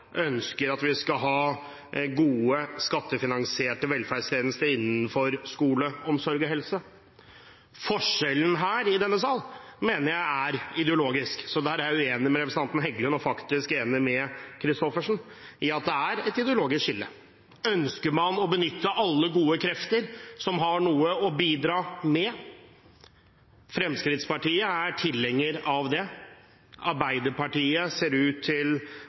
ønsker at vi skal ha gode, skattefinansierte velferdstjenester innenfor skole, omsorg og helse. Forskjellen her i denne sal mener jeg er ideologisk, så der er jeg uenig med representanten Heggelund og faktisk enig med representanten Christoffersen i at det er et ideologisk skille. Ønsker man å benytte alle gode krefter som har noe å bidra med? Fremskrittspartiet er tilhenger av det. Arbeiderpartiet ser ut til